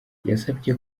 yasabye